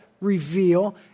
reveal